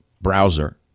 browser